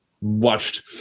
watched